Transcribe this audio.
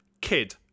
Kid